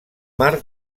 mar